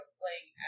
playing